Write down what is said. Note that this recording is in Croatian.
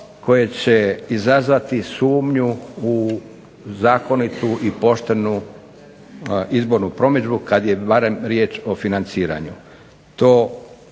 koje će izazvati sumnju u zakonitu i poštenu izbornu promidžbu kad je barem riječ o financiranju.